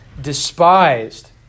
despised